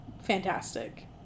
Fantastic